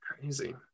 crazy